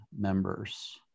members